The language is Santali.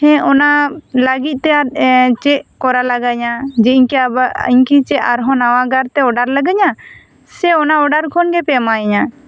ᱦᱮᱸ ᱚᱱᱟ ᱞᱟᱹᱜᱤᱫ ᱛᱮ ᱟᱨ ᱪᱮᱫ ᱠᱚ ᱠᱚᱨᱟ ᱞᱟᱜᱟ ᱟᱹᱧᱟ ᱡᱮ ᱤᱧᱠᱤ ᱟᱵᱟᱨ ᱤᱧ ᱪᱮᱫ ᱟᱨ ᱦᱚᱸ ᱱᱟᱣᱟ ᱠᱟᱨ ᱛᱮ ᱚᱵᱟᱨ ᱞᱟᱜᱟᱣ ᱟᱹᱧᱟ ᱥᱮ ᱚᱱᱟ ᱚᱲᱟᱜ ᱠᱷᱚᱱ ᱜᱮ ᱯᱮ ᱮᱢᱟᱧᱟ